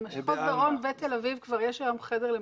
למחוז דרום בתל אביב כבר יש היום חדר למתנגדים.